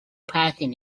passion